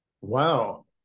Wow